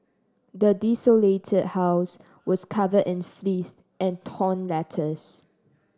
the desolated house was covered in filth and torn letters